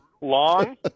Long